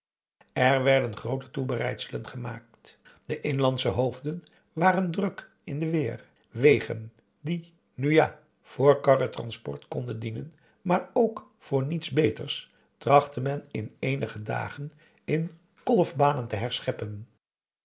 er werden groote toebereidselen gemaakt de inlandsche hoofden waren druk in de weer wegen die nu ja voor karrentransport konden dienen maar ook voor p a daum hoe hij raad van indië werd onder ps maurits niets beters trachtte men in eenige dagen in kolfbanen te herscheppen